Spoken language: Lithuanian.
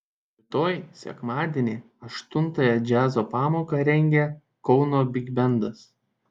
rytoj sekmadienį aštuntąją džiazo pamoką rengia kauno bigbendas